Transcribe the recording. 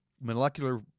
molecular